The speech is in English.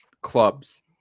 clubs